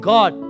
God